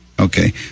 Okay